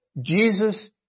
Jesus